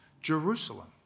Jerusalem